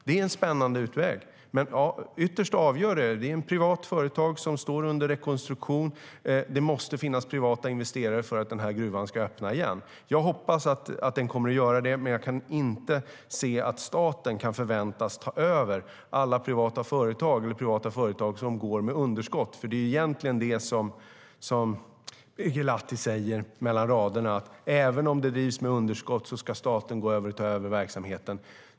Det är en spännande utväg. Det är fråga om ett privat företag som står under rekonstruktion, och det måste finnas privata investerare för att gruvan ska öppna igen. Jag hoppas att den kommer att öppna, men jag kan inte se att staten kan förväntas ta över alla privata företag eller privata företag som går med underskott. Det är egentligen vad Birger Lahti säger mellan raderna, det vill säga att även om gruvan drivs med underskott ska staten gå in och ta över verksamheten.